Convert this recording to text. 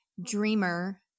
Dreamer